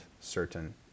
certain